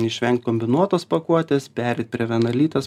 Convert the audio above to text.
išvengt kombinuotos pakuotės pereit prie vienalytės